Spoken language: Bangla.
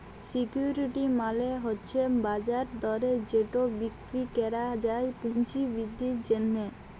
সিকিউরিটি মালে হছে বাজার দরে যেট বিক্কিরি ক্যরা যায় পুঁজি বিদ্ধির জ্যনহে